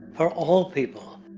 for all people.